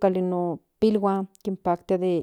por nicmati niki nic chihuas.